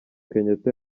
kenyatta